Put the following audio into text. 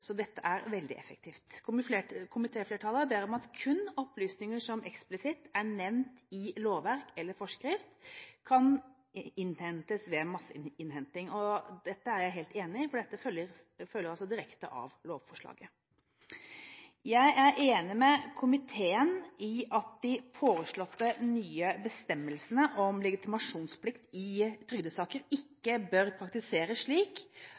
så dette er veldig effektivt. Komitéflertallet ber om at kun opplysninger som eksplisitt er nevnt i lovverk eller forskrift, kan innhentes ved masseinnhenting. Dette er jeg helt enig i, for dette følger direkte av lovforslaget. Jeg er enig med komiteen i at de foreslåtte nye bestemmelsene om legitimasjonsplikt i trygdesaker ikke bør praktiseres slik